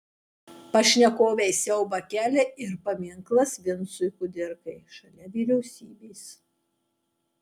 pašnekovei siaubą kelia ir paminklas vincui kudirkai šalia vyriausybės